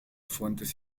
fuentes